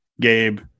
Gabe